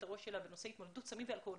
הראש שלה בנושא התמודדות עם סמים ואלכוהול.